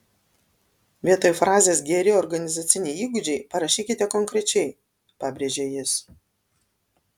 vietoj frazės geri organizaciniai įgūdžiai parašykite konkrečiai pabrėžia jis